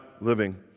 living